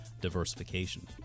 diversification